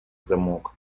замок